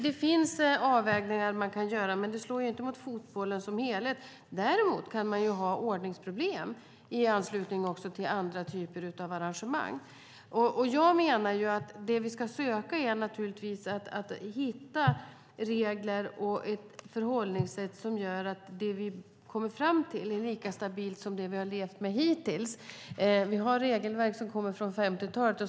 Det finns avvägningar man kan göra, men det slår inte mot fotbollen som helhet. Däremot kan man ha ordningsproblem också i anslutning till andra typer av arrangemang. Jag menar att det vi ska göra är att hitta regler och förhållningssätt som gör att det vi kommer fram till är lika stabilt som det vi har levt med hittills. Vi har ett regelverk som kommer från 50-talet.